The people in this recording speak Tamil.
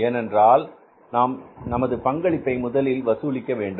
ஏனென்றால் நாம் நமது பங்களிப்பை முதலில் வசூலிக்க வேண்டும்